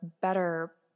better